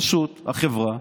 פשוט החברה